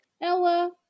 Ella